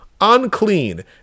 unclean